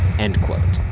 end quote.